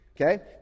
Okay